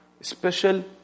special